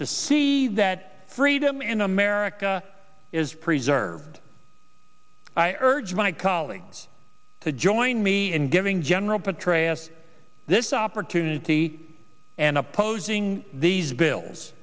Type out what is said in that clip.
to see that freedom in america is preserved i urge my colleagues to join me and giving general petraeus this opportunity and opposing these bills